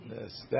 Yes